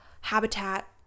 habitat